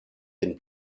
den